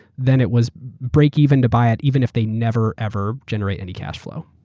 then it was break even to buy it even if they never ever generate any cash flow.